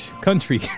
country